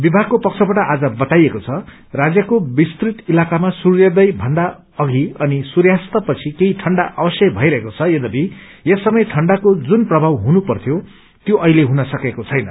विभागको पक्षबाट आज बताइएको छ राज्यको विस्तृत इलाक्रमा सूर्योदय भन्दा अघि अनि सूर्यास्त पछि केही ठण्डा अवश्यै भइरहेको छ यद्यपि यस समय ठण्डाको जुन प्रभाव हुन पर्थ्यो त्यो अहिले हुन सकेको छैन